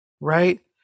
right